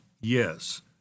yes